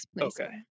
Okay